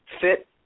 fit